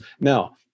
Now